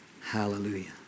Hallelujah